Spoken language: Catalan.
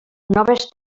noves